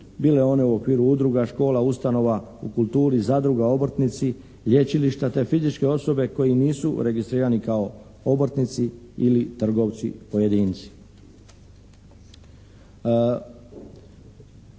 bile one u okviru udruga, škola, ustanova u kulturi, zadruga, obrtnici, lječilišta te fizičke osobe koji nisu registrirani kao obrtnici ili trgovci pojedinci.